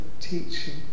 teaching